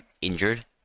injured